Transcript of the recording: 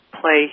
play